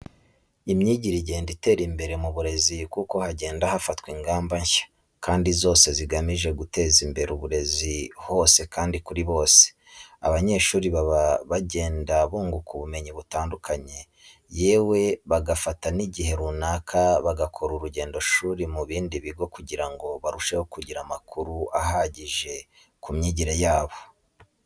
Imyigire igenda itera imbere mu burezi kuko hagenda hafatwa ingamba nshya kandi zose zigamije guteza imbere uburezi hose kandi kuri bose. Abanyeshuri baba bagenda bunguka ubumenyi butandukanye yewe bagafata n'igihe runaka bagakora urugendoshuri mu bindi bigo kugira ngo barusheho kugira amakuru ahagije ku myigire yabo.